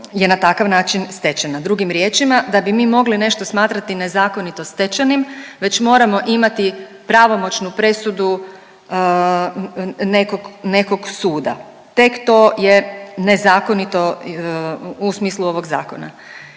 je na takav način stečena. Drugim riječima, da bi mi mogli nešto smatrati nezakonito stečenim već moramo imati pravomoćnu presudu nekog, nekog suda, tek to je nezakonito u smislu ovog zakona.